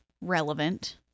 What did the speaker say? relevant